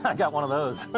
got got one of those. but